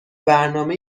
برنامه